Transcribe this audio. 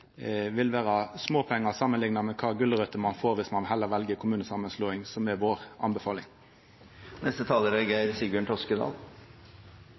vil vera småpengar samanlikna med kva gulrøter ein får viss ein heller vel kommunesamanslåing, som er anbefalinga vår.